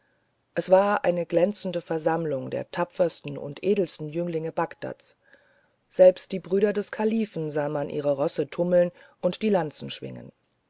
es war eine glänzende versammlung der tapfersten und edelsten jünglinge bagdads selbst die brüder des kalifen sah man ihre rosse tummeln und die lanzen schwingen